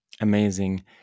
Amazing